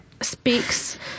speaks